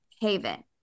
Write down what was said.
haven